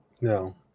No